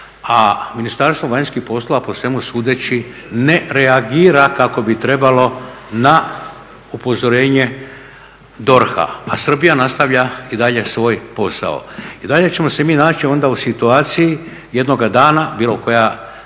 a Ministarstvo vanjskih poslova po svemu sudeći ne reagira kako bi trebalo na upozorenje DORH-a, a Srbija nastavlja i dalje svoj posao. I dalje ćemo se mi naći onda u situaciji jednoga dana, bilo koja